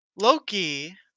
Loki